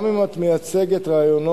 גם אם את מייצגת רעיונות